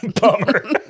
Bummer